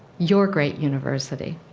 your great university.